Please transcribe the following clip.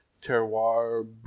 terroir